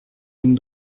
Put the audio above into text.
une